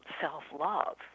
self-love